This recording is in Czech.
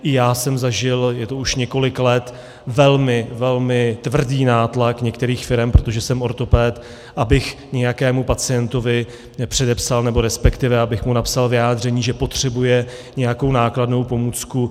I já jsem zažil, je to už několik let, velmi tvrdý nátlak některých firem, protože jsem ortoped, abych nějakému pacientovi předepsal, respektive abych mu napsal vyjádření, že potřebuje nějakou nákladnou pomůcku.